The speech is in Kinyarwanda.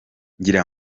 ngira